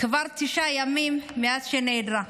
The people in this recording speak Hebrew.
כבר תשעה ימים מאז שנעדרה.